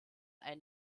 einen